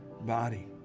body